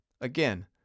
again